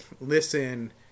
listen